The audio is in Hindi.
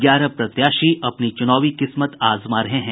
ग्यारह प्रत्याशी अपनी चुनावी किस्मत आजमा रहे हैं